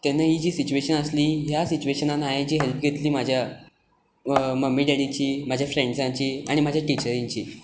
तेन्ना ही जी सिट्युएशन आसली हांवें जी हॅल्प घेतली म्हज्या मम्मी डॅडीची म्हज्या फ्रेंड्सांची म्हजे टिचरिंची